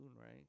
right